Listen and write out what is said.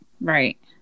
Right